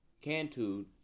Cantu